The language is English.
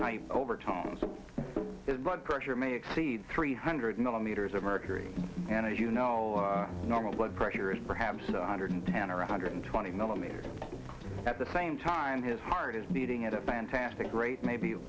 type overtones his blood pressure may exceed three hundred millimeters of mercury and as you know normal blood pressure is perhaps one hundred ten or one hundred twenty millimeters at the same time his heart is beating at a fantastic rate maybe